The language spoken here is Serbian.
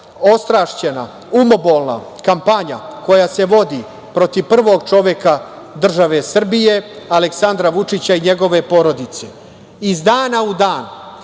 ostrašćena, umobolna kampanja koja se vodi protiv prvog čoveka države Srbije Aleksandra Vučića i njegove porodice. Iz